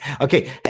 Okay